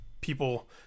people